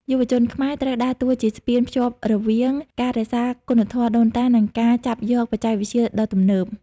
យុវជនខ្មែរត្រូវដើរតួជាស្ពានភ្ជាប់រវាងការរក្សាគុណធម៌ដូនតា និងការចាប់យកបច្ចេកវិទ្យាដ៏ទំនើប។